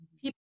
People